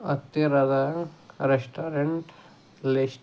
ಹತ್ತಿರದ restaurant list